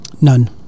None